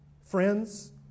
friends